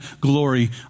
glory